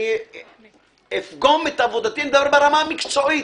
לא אפגום את עבודתי ברמה המקצועית.